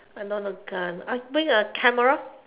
I don't want the gun I'll bring a camera